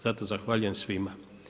Zato zahvaljujem svima.